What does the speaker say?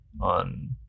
on